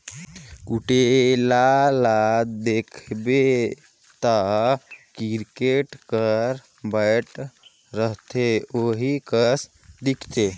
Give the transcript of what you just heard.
कुटेला ल देखबे ता किरकेट कर बैट रहथे ओही कस दिखथे